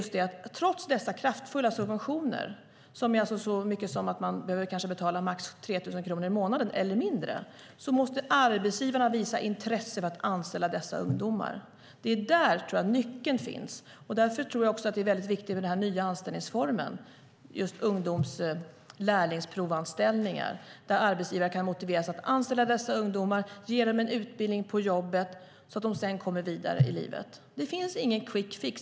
Trots dessa kraftfulla subventioner, som kanske leder till att man behöver betala max 3 000 kronor i månaden eller mindre, måste arbetsgivarna visa intresse för att anställa dessa ungdomar. Jag tror att det är där nyckeln finns. Därför tror jag också att det är viktigt med den nya anställningsformen - ungdoms och lärlingsprovanställning - där arbetsgivare kan motiveras att anställa dessa ungdomar och ge dem en utbildning på jobbet så att de sedan kommer vidare i livet. Det finns ingen quick fix.